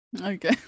Okay